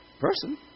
person